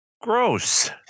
Gross